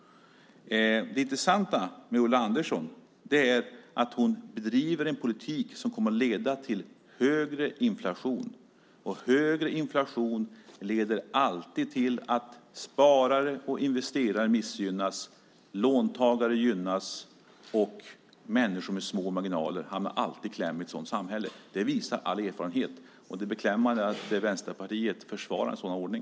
Det intressanta med Ulla Andersson är att hon bedriver en politik som kommer att leda till högre inflation, och högre inflation leder alltid till att sparare och investerare missgynnas medan låntagare gynnas. Människor med små marginaler hamnar alltid i kläm i ett sådant samhälle. Det visar all erfarenhet. Det är beklämmande att Vänsterpartiet försvarar en sådan ordning.